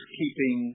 keeping